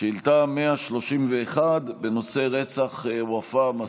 שאילתה 131, בנושא: רצח ופא מסארווה.